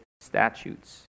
statutes